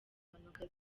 mpanuka